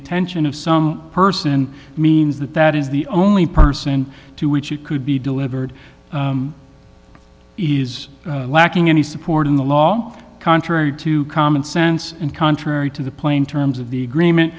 attention of some person means that that is the only person to which it could be delivered he's lacking any support in the law contrary to common sense and contrary to the plain terms of the agreement